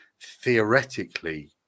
theoretically